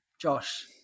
Josh